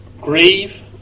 Grieve